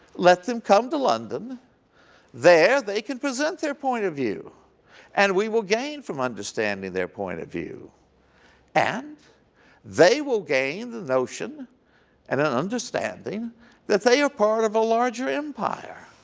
let them come to london there they can present their point of view and we will gain from understanding their point of view and they will gain the notion and an understanding that they are part of a larger empire.